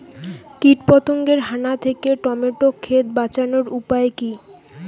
কীটপতঙ্গের হানা থেকে টমেটো ক্ষেত বাঁচানোর উপায় কি?